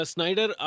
Snyder